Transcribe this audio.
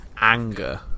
anger